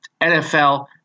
NFL